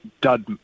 dud